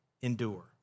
endure